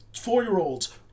four-year-olds